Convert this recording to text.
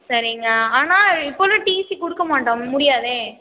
சரிங்க ஆனால் இப்போலாம் டிசி கொடுக்க மாட்டோம் முடியாதே